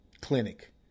clinic